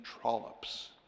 trollops